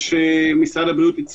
כן, אוסאמה, אני אעזוב אותך?